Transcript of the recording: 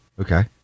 Okay